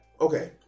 okay